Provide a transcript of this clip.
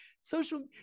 social